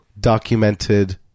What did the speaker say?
documented